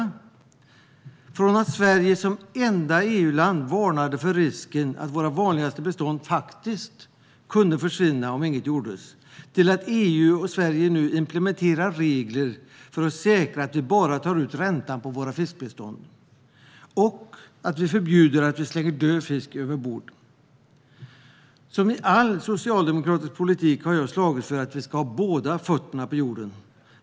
Vi har gått från att Sverige som enda EU-land varnade för risken att våra vanligaste bestånd faktiskt kunde försvinna om inget gjordes till att EU och Sverige nu implementerar regler för att säkra att vi bara tar ut räntan på våra fiskbestånd och att vi förbjuder att död fisk slängs över bord. Som i all socialdemokratisk politik har jag slagits för att vi ska ha båda fötterna på jorden.